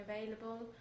available